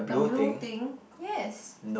the blue thing yes